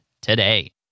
today